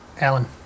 Alan